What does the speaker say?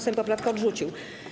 Sejm poprawkę odrzucił.